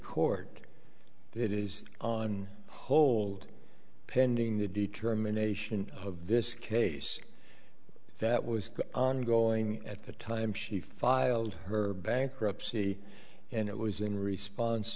court that is on hold pending the determination of this case that was ongoing at the time she filed her bankruptcy and it was in response